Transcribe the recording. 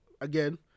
again